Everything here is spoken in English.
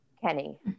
Kenny